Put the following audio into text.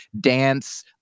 dance